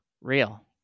Real